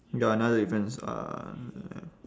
ya another difference um